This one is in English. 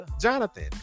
Jonathan